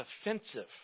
offensive